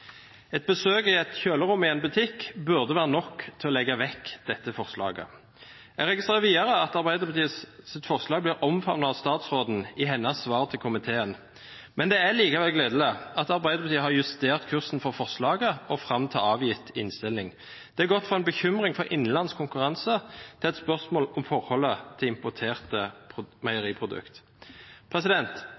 Et besøk i et kjølerom i en butikk burde være nok til å få en til å legge vekk dette forslaget. Jeg registrerer videre at Arbeiderpartiets forslag blir omfavnet av statsråden i hennes svar til komiteen. Det er likevel gledelig at Arbeiderpartiet har justert kursen for forslaget fram til avgitt innstilling. Det har gått fra å være en bekymring for innenlandsk konkurranse til å bli et spørsmål om forholdet til importerte